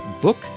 book